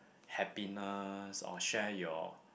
happiness or share your